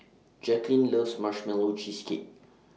Jacalyn loves Marshmallow Cheesecake